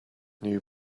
knew